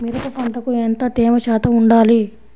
మిరప పంటకు ఎంత తేమ శాతం వుండాలి?